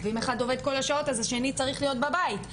ואם אחד עובד כל השעות אז השני צריך להיות בבית,